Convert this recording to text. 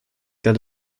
that